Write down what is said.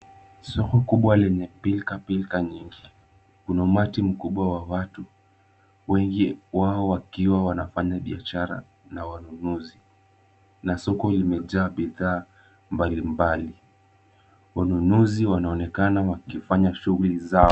Soko kubwa lenye pilka pilka nyingi, kuna umati mkubwa wa watu, wengi wao wakiwa wanafanya biashara na wanunuzi na soko limejaa bidhaa mbalimbali. Wanunuzi wanaonekana wakifanya shughuli zao.